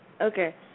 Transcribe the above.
Okay